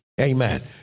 amen